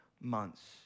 months